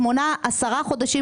שמונה או עשרה חודשים,